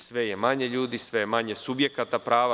Sve je manje ljudi, sve je manje subjekata prava.